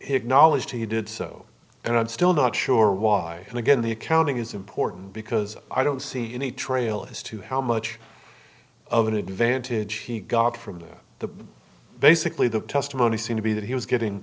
cknowledged he did so and i'm still not sure why and again the accounting is important because i don't see any trail as to how much of an advantage he got from the basically the testimony seem to be that he was getting